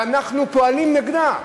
ואנחנו פועלים נגדה.